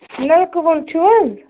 نلکہٕ وول چھِو حظ